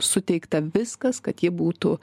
suteikta viskas kad ji būtų